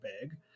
big